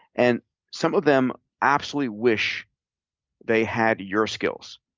and some of them absolutely wish they had your skills.